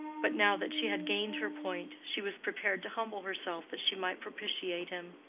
but now that she had gained her point, she was prepared to humble herself that she might propitiate him.